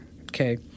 okay